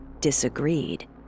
disagreed